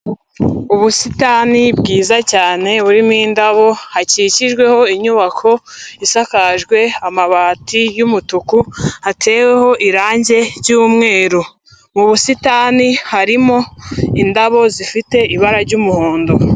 Ubusitani bwiza cyane, burimo indabo, hakikijweho inyubako isakajwe amabati y'umutuku, hateweho irangi ry'umweru. Mu busitani harimo indabo zifite ibara ry'umuhondo.